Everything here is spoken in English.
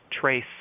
trace